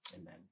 Amen